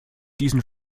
diesen